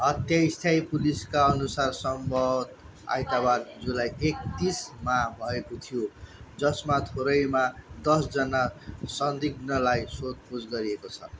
हत्या स्थायी पुलिसका अनुसार सम्भवत् आइतवार जुलाई एकतिसमा भएको थियो जसमा थोरैमा दसजना सन्दिग्धलाई सोधपुछ गरिएको छ